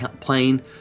plane